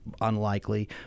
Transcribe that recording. unlikely